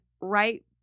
right